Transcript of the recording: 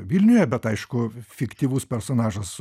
vilniuje bet aišku fiktyvus personažas